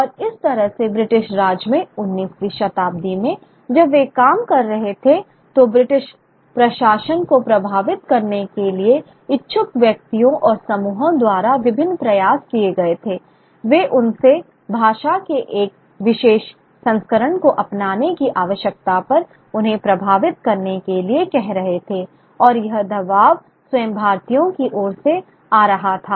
और इस तरह से ब्रिटिश राज में 19 वीं शताब्दी में जब वे काम कर रहे थे तो ब्रिटिश प्रशासन को प्रभावित करने के लिए इच्छुक व्यक्तियों और समूहों द्वारा विभिन्न प्रयास किए गए थे वे उनसे भाषा के एक विशेष संस्करण को अपनाने की आवश्यकता पर उन्हें प्रभावित करने के लिए कह रहे थे और यह दबाव स्वयं भारतीयों की ओर से आ रहा था